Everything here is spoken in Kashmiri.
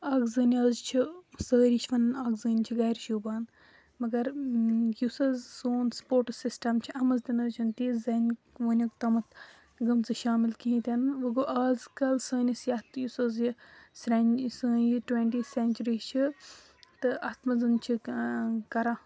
اَکھ زٔنۍ حظ چھِ سٲری چھِ وَنان اَکھ زٔنۍ چھِ گَرِ شوٗبان مگر یُس حظ سون سُپورٹٕس سِسٹَم چھِ اَتھ منٛز تہِ نہَ حظ چھِنہٕ تِژھ زنہِ وُنیُک تامَتھ گٔمژٕ شامِل کِہیٖنٛۍ تہِ نہٕ وۄنۍ گوٚو اَز کَل سٲنِس یَتھ یُس حظ یہِ سرٛ سٲنۍ یہِ ٹُوَنٹی سینچری چھِ تہٕ اَتھ منٛز چھِ کَران